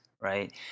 right